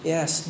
Yes